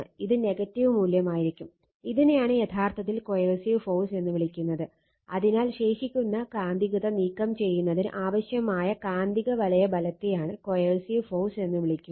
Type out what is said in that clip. ഇത് നെഗറ്റീവ് മൂല്യമായിരിക്കും ഇതിനെയാണ് യഥാർത്ഥത്തിൽ കോയേഴ്സിവ് ഫോഴ്സ് എന്ന് വിളിക്കുന്നത് അതിനാൽ ശേഷിക്കുന്ന കാന്തികത നീക്കം ചെയ്യുന്നതിന് ആവശ്യമായ കാന്തികവലയ ബലത്തെയാണ് കോയേഴ്സിവ് ഫോഴ്സ് എന്ന് വിളിക്കുന്നത്